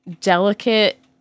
delicate